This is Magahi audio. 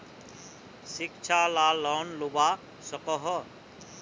शिक्षा ला लोन लुबा सकोहो?